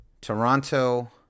Toronto